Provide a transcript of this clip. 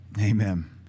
Amen